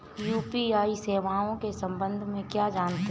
UPI सेवाओं के संबंध में क्या जानते हैं?